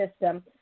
system